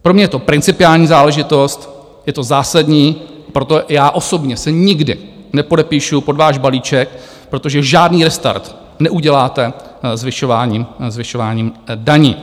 Pro mě je to principiální záležitost, je to zásadní, proto já osobně se nikdy nepodepíšu pod váš balíček, protože žádný restart neuděláte zvyšováním daní.